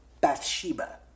Bathsheba